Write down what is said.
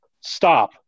stop